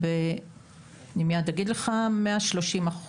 ב-130%,